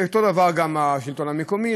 ואותו דבר גם השלטון המקומי,